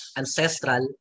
ancestral